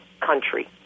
country